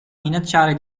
minacciare